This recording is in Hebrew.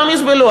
כולם יסבלו.